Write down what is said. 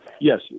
yes